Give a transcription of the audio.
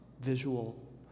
visual